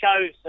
show's